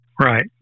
Right